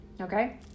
okay